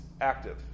active